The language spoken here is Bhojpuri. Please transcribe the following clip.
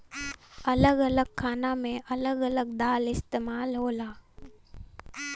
अलग अलग खाना मे अलग अलग दाल इस्तेमाल होला